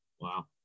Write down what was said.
Wow